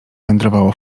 wędrowało